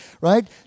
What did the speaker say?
right